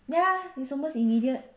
ya it's almost immediate